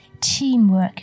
teamwork